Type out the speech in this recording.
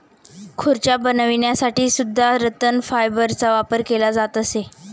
खुर्च्या बनवण्यासाठी सुद्धा रतन फायबरचा वापर केला जात असे